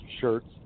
shirts